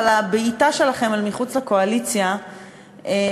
אבל הבעיטה שלכם אל מחוץ לקואליציה הייתה,